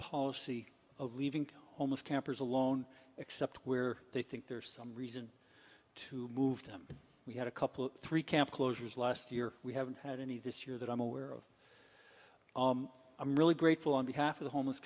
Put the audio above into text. policy of leaving almost campers alone except where they think there are some reason to move them we had a couple three camp closures last year we haven't had any this year that i'm aware of i'm really grateful on behalf of the homeless